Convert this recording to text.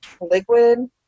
liquid